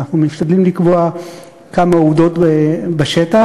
אנחנו משתדלים לקבוע כמה עובדות בשטח.